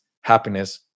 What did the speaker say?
happiness